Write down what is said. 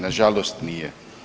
Nažalost nije.